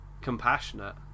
compassionate